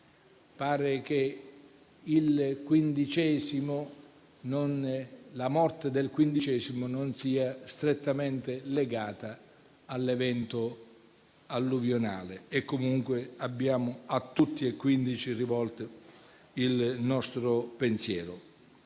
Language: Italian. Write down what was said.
pare che la morte del quindicesimo non sia strettamente legata all'evento alluvionale e comunque abbiamo a tutti e 15 rivolto il nostro pensiero.